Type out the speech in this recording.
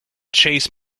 chase